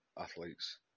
athletes